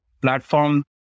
platform